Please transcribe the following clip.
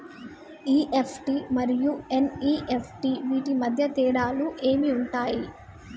EFT మరియు NEFT వీటి మధ్య తేడాలు ఏమి ఉంటాయి?